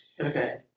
Okay